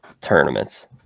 tournaments